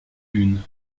une